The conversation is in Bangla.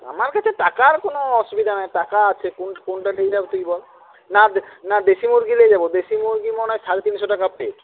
আমার কাছে টাকার কোনো অসুবিধা নেই টাকা আছে কোন কোনটা তুই বল না না দেশি মুরগি নিয়ে যাব দেশি মুরগি মনে হয় সাড়ে তিনশো টাকা প্লেট